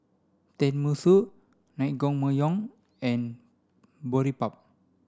Tenmusu Naengmyeon and Boribap